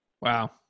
Wow